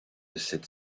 cette